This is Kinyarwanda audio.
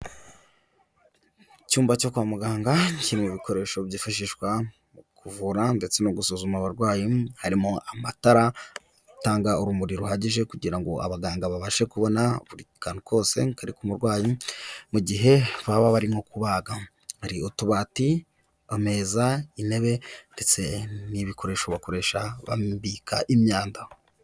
Icyumba cyo kwa muganga kirimo bikoresho byifashishwa mu kuvura ndetse no gusuzuma abarwayi, harimo amatara atanga urumuri ruhagije kugira ngo abaganga babashe kubona buri kantu kose kari ku murwayi mu gihe baba bari nko kubaga. Hari utubati, ameza, intebe ndetse n'ibikoresho bakoresha babika imyanda.